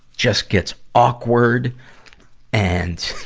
just gets awkward and